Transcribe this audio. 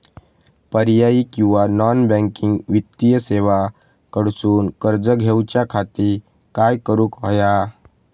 पर्यायी किंवा non banking वित्तीय सेवा कडसून कर्ज घेऊच्या खाती काय करुक होया?